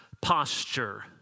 posture